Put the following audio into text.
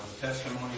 testimony